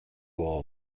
all